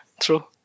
True